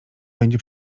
będzie